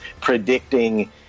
predicting